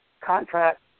contract